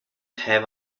have